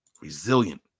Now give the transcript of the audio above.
resilient